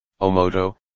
Omoto